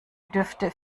dürfte